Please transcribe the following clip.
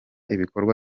ibikorwa